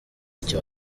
icyo